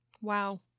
Wow